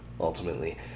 ultimately